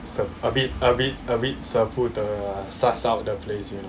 舍 a bit a bit a bit 舍不得 ah suss out the place already